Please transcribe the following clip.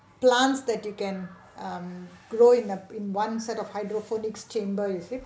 plants that you can um growing up in one set of hydroponics chamber you see